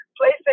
places